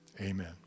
Amen